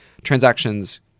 transactions